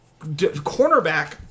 Cornerback